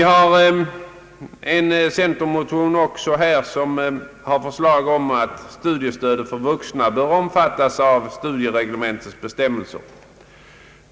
Vi i centern har också väckt en motion med förslag om att studiestödet för vuxna bör omfattas av studieregle mentets bestämmelser.